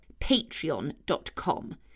Patreon.com